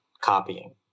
copying